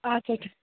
اَچھا اَچھا